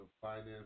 finance